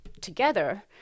together